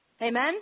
Amen